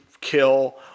kill